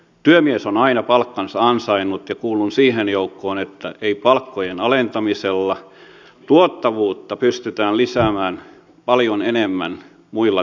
työmies on aina palkkansa ansainnut ja kuulun siihen joukkoon että ei palkkojen alentamisella vaan paljon enemmän muilla toimilla pystytään lisäämään tuottavuutta